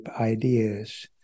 ideas